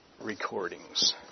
recordings